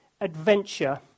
adventure